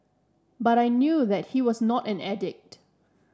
but I knew that he was not an addict